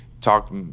talk